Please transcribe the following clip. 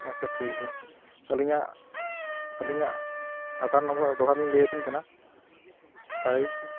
ᱟᱪᱪᱷᱟ ᱴᱷᱤᱠ ᱜᱮᱭᱟ ᱟᱹᱞᱤᱧᱟᱜ ᱟᱹᱞᱤᱧᱟᱜ ᱟᱫᱷᱟᱨ ᱱᱟᱢᱵᱟᱨ ᱫᱚᱦᱲᱟ ᱞᱤᱧ ᱞᱟᱹᱭ ᱟᱹᱵᱤᱱ ᱠᱟᱱᱟ ᱯᱷᱟᱭᱤᱵᱷ